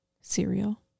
cereal